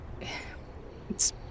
It's-